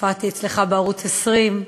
הופעתי אצלך בערוץ 20,